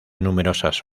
numerosas